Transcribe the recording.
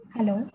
Hello